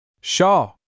Shaw